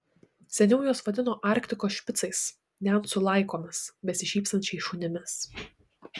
seniau juos vadino arktikos špicais nencų laikomis besišypsančiais šunimis